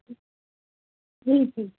जी जी